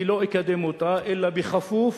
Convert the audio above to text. אני לא אקדם אותה אלא בכפוף